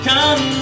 Come